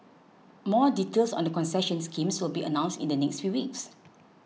more details on the concession schemes will be announced in the next few weeks